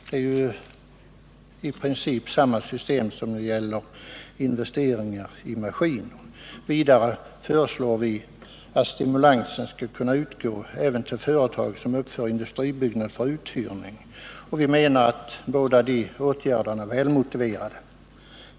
Det är ju i princip samma system som gäller för investeringar i maskiner. Vidare föreslår vi att stimulans skall kunna utgå även till företag som uppför industribyggnad för uthyrning. Vi menar att båda dessa åtgärder är välmotiverade.